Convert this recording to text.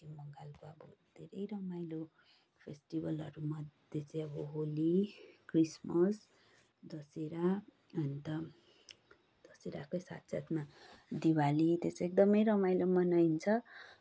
पश्चिम बङ्गालको अब धेरै रमाइलो फेस्टभिलहरूमध्ये चाहिँ अब होली क्रिसमस दशहरा अन्त दशहराकै साथ साथमा दिवाली त्यो चाहिँ एकदमै रमाइलो मनाइन्छ